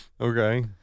Okay